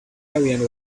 ariane